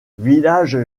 village